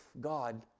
God